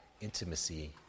intimacy